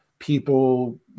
People